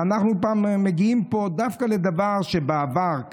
ואנחנו מגיעים פה דווקא לדבר שבעבר,